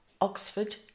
Oxford